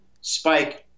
Spike